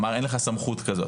אמר אין לך סמכות כזאת,